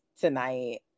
tonight